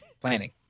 Planning